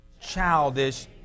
Childish